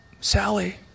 Sally